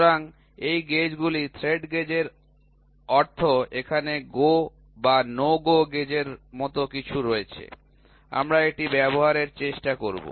সুতরাং এই গেজ গুলি থ্রেড গেজের অর্থ এখানে Go বা No Go গেজের মতো কিছু রয়েছে আমরা এটি ব্যবহারের চেষ্টা করব